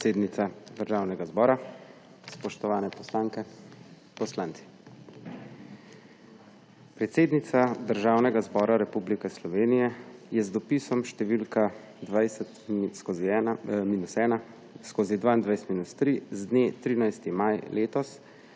podpredsednica Državnega zbora, spoštovane poslanke, poslanci! Predsednica Državnega zbora Republike Slovenije je z dopisom številka 020-01/22-3 z dne 13. maja letos